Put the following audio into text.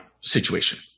situation